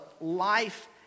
life